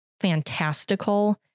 fantastical